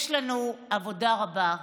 יש לנו עבודה רבה.